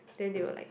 then they will like